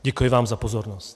Děkuji vám za pozornost.